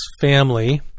family